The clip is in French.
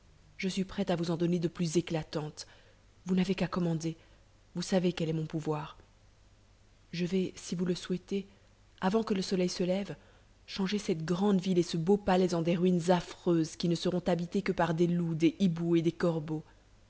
je suis prête à vous en donner de plus éclatantes vous n'avez qu'à commander vous savez quel est mon pouvoir je vais si vous le souhaitez avant que le soleil se lève changer cette grande ville et ce beau palais en des ruines affreuses qui ne seront habitées que par des loups des hiboux et des corbeaux